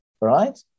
right